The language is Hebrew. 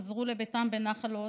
חזרה לביתה בנחל עוז,